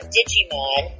Digimon